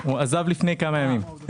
הוא עזב רק לפני כמה ימים.